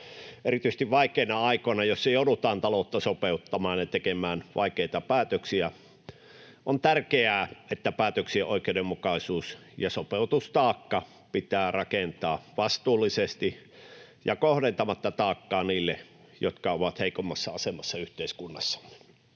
Erityisesti vaikeina aikoina, jolloin joudutaan taloutta sopeuttamaan ja tekemään vaikeita päätöksiä, on tärkeää, että päätöksien oikeudenmukaisuus ja sopeutustaakka pitää rakentaa vastuullisesti ja kohdentamatta taakkaa niille, jotka ovat heikommassa asemassa yhteiskunnassamme.